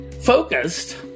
focused